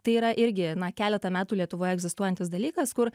tai yra irgi na keletą metų lietuvoje egzistuojantis dalykas kur